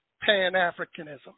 Pan-Africanism